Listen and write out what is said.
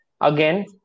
Again